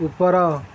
ଉପର